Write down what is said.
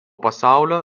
pasaulio